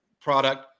product